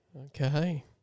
Okay